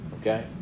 Okay